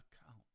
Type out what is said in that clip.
account